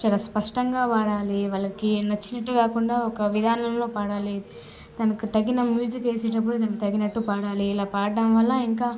చాలా స్పష్టంగా వాడాలి వాళ్లకి నచ్చినట్టు కాకుండా ఒక విధానంలో పాడాలి తనకు తగిన మ్యూజిక్ వేసేటప్పుడు దానికి తగినట్టు పాడాలి ఇలా పాడటం వల్ల ఇంకా